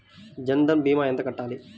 జన్ధన్ భీమా ఎంత కట్టాలి?